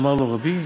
יאמר לו: רבי,